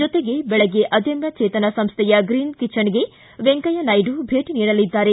ಜೊತೆಗೆ ಬೆಳಗ್ಗೆ ಅದಮ್ಮ ಚೇತನ ಸಂಸ್ಥೆಯ ಗ್ರೀನ್ ಕಿಚನ್ಗೆ ವೆಂಕಯ್ಯನಾಯ್ದು ಭೇಟಿ ನೀಡಲಿದ್ದಾರೆ